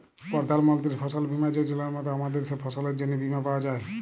পরধাল মলতির ফসল বীমা যজলার মত আমাদের দ্যাশে ফসলের জ্যনহে বীমা পাউয়া যায়